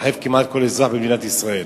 לחייב כמעט כל אזרח במדינת ישראל.